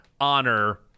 honor